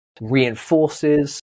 reinforces